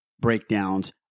breakdowns